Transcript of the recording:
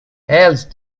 else